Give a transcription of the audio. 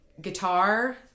guitar